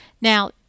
Now